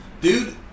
Dude